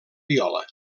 viola